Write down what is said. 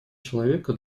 человека